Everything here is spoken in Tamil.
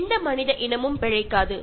எந்த மனித இனமும் பிழைக்காது